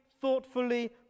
thoughtfully